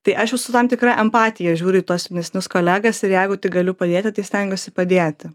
tai aš jau su tam tikra empatija žiūriu į tuos jaunesnius kolegas ir jeigu tik galiu padėti tai stengiuosi padėti